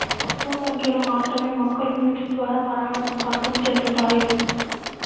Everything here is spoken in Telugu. తక్కువ సంఖ్యలో మాత్రమే మొక్కలు నీటిద్వారా పరాగసంపర్కం చెందుతాయి